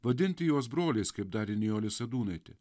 vadinti juos broliais kaip darė nijolė sadūnaitė